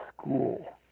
school